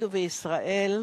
להודו וישראל,